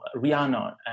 Rihanna